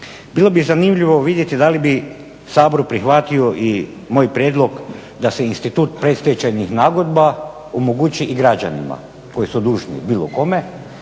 bilo bi zanimljivo vidjeti da li bi Sabor prihvatio i moj prijedlog da se institut predstečajnih nagodba omogući i građanima koji su dužni bilo kome